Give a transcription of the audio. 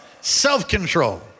self-control